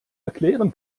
erklären